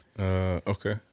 Okay